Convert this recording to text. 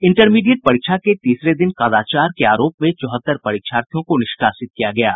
intermediate परीक्षा के तीसरे दिन कदाचार के आरोप में चौहत्तर परीक्षार्थियों को निष्कासित किया गया है